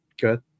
good